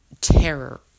terror